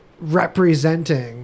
representing